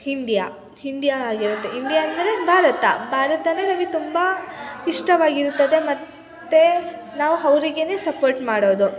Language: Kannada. ಹಿಂಡಿಯಾ ಹಿಂಡಿಯಾ ಆಗಿರುತ್ತೆ ಇಂಡಿಯಾ ಅಂದರೆ ಭಾರತ ಭಾರತವೇ ನಮಗ್ ತುಂಬ ಇಷ್ಟವಾಗಿರುತ್ತದೆ ಮತ್ತು ನಾವು ಅವ್ರಿಗೇನೇ ಸಪೋರ್ಟ್ ಮಾಡೋದು